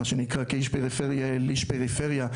כשאיש פריפריה אל איש פריפריה,